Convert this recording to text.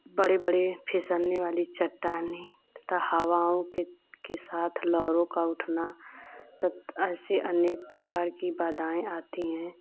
बड़े बड़े फिसलने वाली चट्टानें तथा हवाओं के के साथ लहरों का उठना तथा ऐसी अनेक प्रकार की बाधाएँ आती हैं